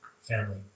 family